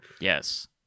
Yes